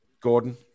Gordon